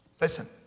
Listen